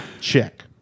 check